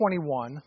21